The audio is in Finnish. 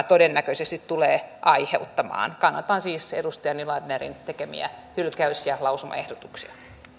todennäköisesti tulee aiheuttamaan kannatan siis edustaja nylanderin tekemiä hylkäys ja lausumaehdotuksia